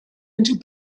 into